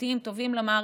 איכותיים וטובים למערכת,